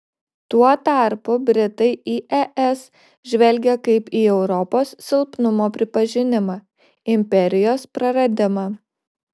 tuo tarpu britai į es žvelgia kaip į europos silpnumo pripažinimą imperijos praradimą